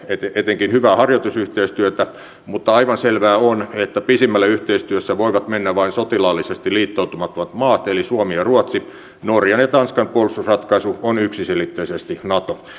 etenkin hyvää harjoitusyhteistyötä mutta aivan selvää on että pisimmälle yhteistyössä voivat mennä vain sotilaallisesti liittoutumattomat maat eli suomi ja ruotsi norjan ja tanskan puolustusratkaisu on yksiselitteisesti nato